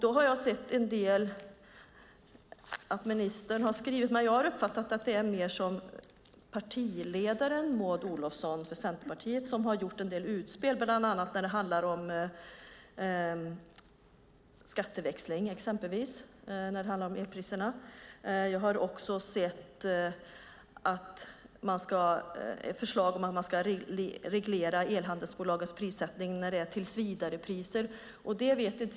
Jag har sett en del av det ministern har skrivit. Men jag har uppfattat att det mer är Maud Olofsson i egenskap av Centerns partiledare som gjort en del utspel bland annat kring skatteväxling och elpriser. Jag har också sett förslag om att reglera elhandelsbolagens prissättning när det gäller tillsvidarepriser.